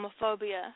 homophobia